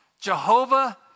Jehovah